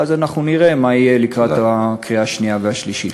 ואז אנחנו נראה מה יהיה לקראת הקריאה השנייה והשלישית.